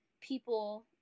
people